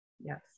Yes